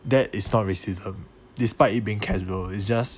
that is not racism despite it being casual is just